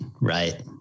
Right